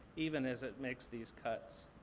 even as it makes these cuts.